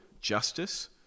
justice